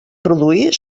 produir